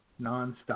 nonstop